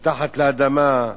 מתחת לאדמה.